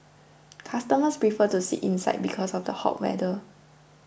customers prefer to sit inside because of the hot weather